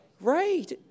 Right